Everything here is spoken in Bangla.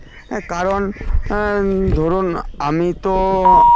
কারণ ধরুন আ আমি তো